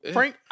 Frank